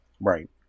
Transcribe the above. Right